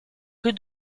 que